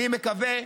אני מקווה,